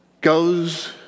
goes